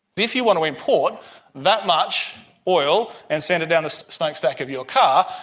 if you want to import that much oil and send it down the smokestack of your car,